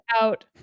out